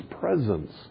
presence